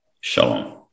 Shalom